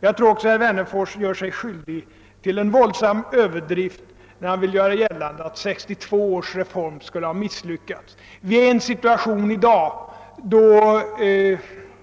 Jag tror också att herr Wennerfors gör sig skyldig till en våldsam Ööverdrift när han vill göra gällande att 1962 års reform skulle ha misslyckats.